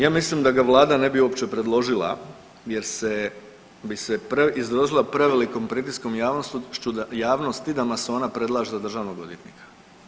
Ja mislim da ga vlada ne bi uopće predložila je bi se izložili prevelikom pritisku javnosti da masona predlaže za državnog odvjetnika.